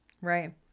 Right